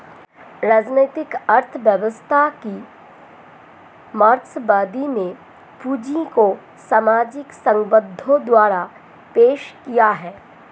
राजनीतिक अर्थव्यवस्था की मार्क्सवादी में पूंजी को सामाजिक संबंधों द्वारा पेश किया है